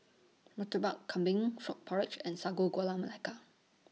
Murtabak Kambing Frog Porridge and Sago Gula Melaka